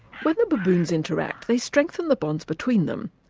when the baboons interact they strengthen the bonds between them.